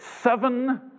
Seven